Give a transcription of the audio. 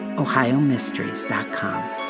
OhioMysteries.com